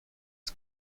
eus